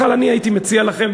בכלל, אני הייתי מציע לכם,